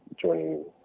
joining